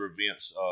events